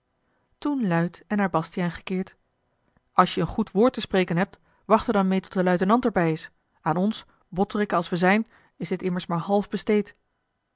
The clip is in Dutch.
toen luid en naar bastiaan gekeerd als je een goed woord te spreken hebt wacht er dan meê tot de luitenant er bij is aan ons botterikken als we zijn is dit immers maar half besteed